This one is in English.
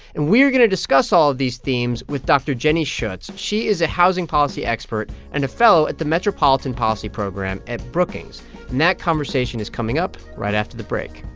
and we're going to discuss all of these themes with dr. jenny schuetz. she is a housing policy expert and a fellow at the metropolitan policy program at brookings, and that conversation is coming up right after the break